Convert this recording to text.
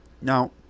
now